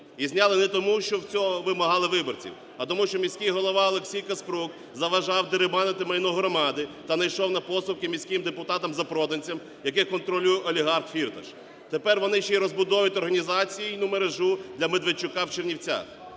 І зняли не тому, що цього вимагали виборці, а тому що міський голова Олексій Каспрук заважав дерибанити майно громади та не йшов на поступки міським депутатам-запроданцям, яких контролює олігарх Фірташ. Тепер вони ще й розбудовують організаційну мережу для Медведчука в Чернівцях.